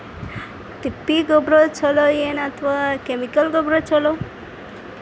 ತಿಪ್ಪಿ ಗೊಬ್ಬರ ಛಲೋ ಏನ್ ಅಥವಾ ಕೆಮಿಕಲ್ ಗೊಬ್ಬರ ಛಲೋ?